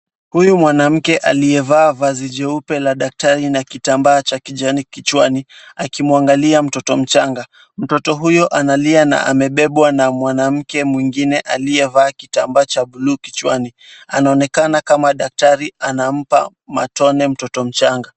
Huyu mwanamke aliyevaa vazi jeupe la daktari na kitambaa cha kijani kichwani, akimwangalia mtoto mchanga, mtoto huyo analia na amebebwa na mwanamke mwingine aliyevaa kitambaa cha buluu kichwani. Anaonekana kama daktari ana mpa, matone mtoto mchanga.